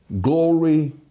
glory